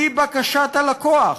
לפי בקשת הלקוח,